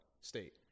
State